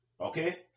Okay